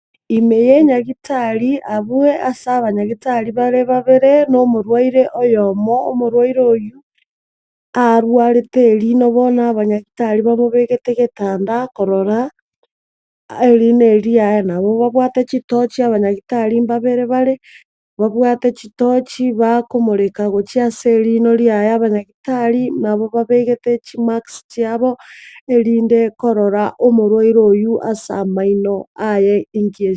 Ime ye'enyagitari abwo ase amanyagitari bare babere no'omorwaire oyomo. Omorwaire oyio, aarwarete erino, bono abanyagitari bamobegete, getanda korora erino erio riaye. Nabo babwate chitoji, abanyagitari mbabere bare, babwate chitoji, bakomoreka gochia ase erino riaye. Abanyagitari nabo babegete chimaski chiabo, erinde korora omworwaire oyio ase amaino aye ninki..,